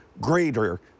greater